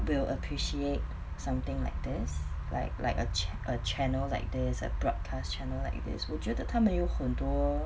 will appreciate something like this like like a a channels like this a broadcast channel like this 我觉得他们有很多